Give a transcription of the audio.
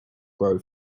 grow